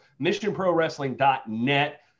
missionprowrestling.net